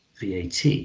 VAT